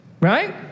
right